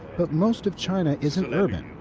but most of china isn't urban.